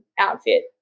outfit